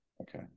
Okay